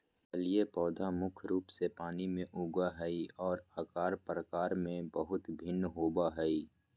जलीय पौधा मुख्य रूप से पानी में उगो हइ, और आकार प्रकार में बहुत भिन्न होबो हइ